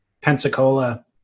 Pensacola